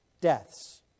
deaths